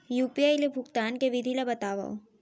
UPI ले भुगतान के विधि ला बतावव